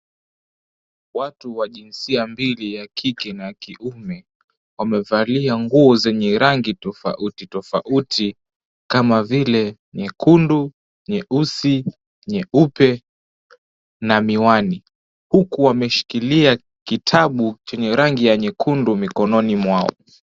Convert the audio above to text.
Watu wa jinsia mbili ya kike na kiume, wamevalia nguo zenye rangi tofauti tofauti kama vile nyekundu, nyeusi ,nyeupe na miwani huku wameshikilia kitabu chenye rangi nyekundu mikononi mwao.